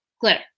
Glitter